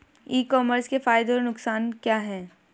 ई commerce के फायदे और नुकसान क्या हैं?